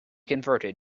converted